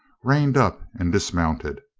reined up and dismounted.